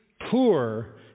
poor